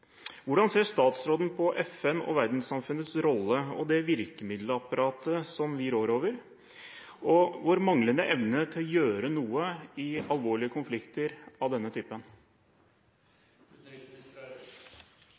Hvordan ser statsråden på FNs og verdenssamfunnets rolle og det virkemiddelapparatet som vi rår over, og vår manglende evne til å gjøre noe i alvorlige konflikter av denne typen? Hvis dette er